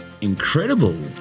incredible